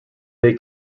they